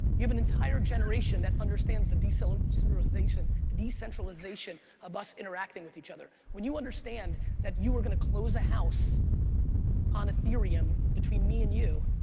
you have an entire generation that understands the so decentralization decentralization of us interacting with each other. when you understand that you are gonna close a house on ethereum, between me and you,